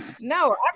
No